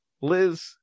Liz